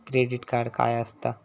Credit card काय असता?